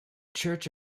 church